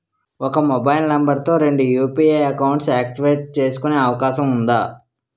ఒక mobile number తో రెండు యు.పి.ఐ అకౌంట్స్ యాక్టివేట్ చేసుకునే అవకాశం వుందా?